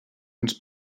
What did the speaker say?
ens